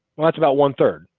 um that's about one third,